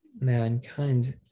mankind